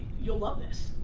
you'll love this,